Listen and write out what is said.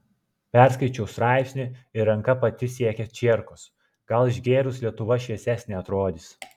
perskaičiau straipsnį ir ranka pati siekia čierkos gal išgėrus lietuva šviesesne atrodys